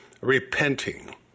repenting